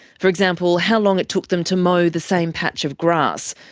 for example how long it took them to mow the same patch of grass,